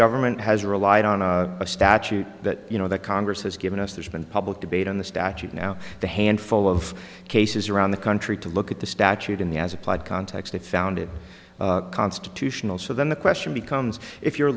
government has relied on a statute that you know that congress has given us there's been public debate on the statute now the handful of cases around the country to look at the statute in the as applied context they found it constitutional so then the question becomes if you're